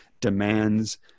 demands